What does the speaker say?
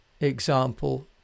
example